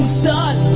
sun